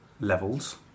levels